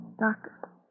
Doctor